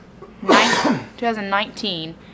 2019